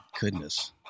Goodness